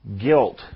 guilt